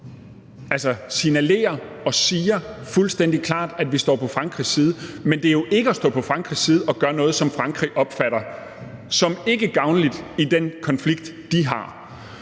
signalerer og siger fuldstændig klart, at vi står på Frankrigs side. Men det er jo ikke at stå på Frankrigs side at gøre noget, som Frankrig opfatter som ikkegavnligt i den konflikt, de har.